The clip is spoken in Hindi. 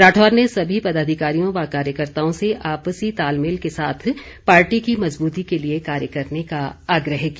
राठौर ने सभी पदाधिकारियों व कार्यकर्ताओं से आपसी तालमेल के साथ पार्टी की मजबूती के लिए कार्य करने का आग्रह किया